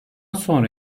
sonra